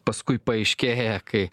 paskui paaiškėja kai